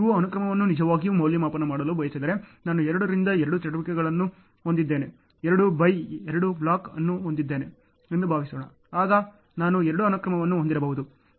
ನೀವು ಅನುಕ್ರಮವನ್ನು ನಿಜವಾಗಿಯೂ ಮೌಲ್ಯಮಾಪನ ಮಾಡಲು ಬಯಸಿದರೆ ನಾನು 2 ರಿಂದ 2 ಚಟುವಟಿಕೆಗಳನ್ನು ಹೊಂದಿದ್ದೇನೆ 2 ಬೈ 2 ಬ್ಲಾಕ್ ಅನ್ನು ಹೊಂದಿದ್ದೇನೆ ಎಂದು ಭಾವಿಸೋಣ ಆಗ ನಾನು 2 ಅನುಕ್ರಮಗಳನ್ನು ಹೊಂದಿರಬಹುದು